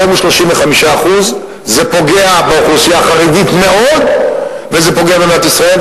והיום הוא 35%. זה פוגע באוכלוסייה החרדית מאוד וזה פוגע במדינת ישראל,